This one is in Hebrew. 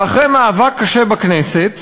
ואחרי מאבק קשה בכנסת